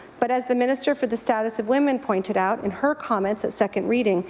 but as the minister for the status of women pointed out in her comments at second reading,